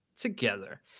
together